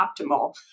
optimal